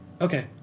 okay